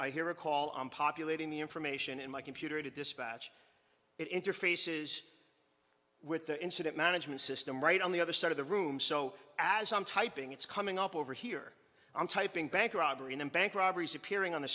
i hear a call i'm populating the information in my computer to dispatch it interfaces with the incident management system right on the other side of the room so as i'm typing it's coming up over here i'm typing bank robbery and bank robberies appearing on the